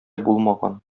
булмаган